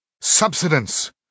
Subsidence